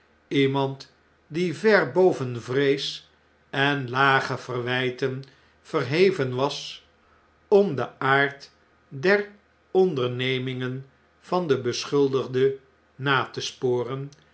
iemand die ver boven vrees en lage verwjjten verheven was om den aard der ondernemingen van den beschuldigde na te sporen